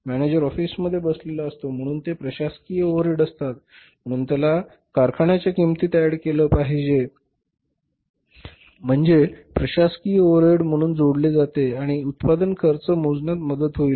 manager ऑफिसमध्ये बसलेला असतो म्हणून ते प्रशासकीय ओव्हरहेड असतात म्हणून त्याला कारखान्याच्या किंमतीत ऍड केले पाहिजे म्हणजे प्रशासकीय ओव्हरहेड म्हणून जोडले जाते आणि उत्पादन खर्च मोजण्यात मदत होईल